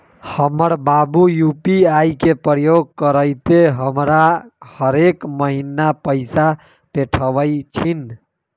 हमर बाबू यू.पी.आई के प्रयोग करइते हमरा हरेक महिन्ना पैइसा पेठबइ छिन्ह